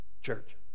Church